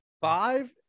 five